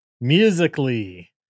musically